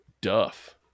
Duff